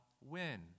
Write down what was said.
win